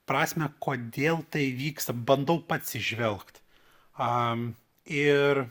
prasmę kodėl tai vyksta bandau pats įžvelgt a ir